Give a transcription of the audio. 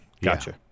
Gotcha